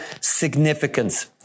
significance